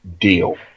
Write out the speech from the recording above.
deal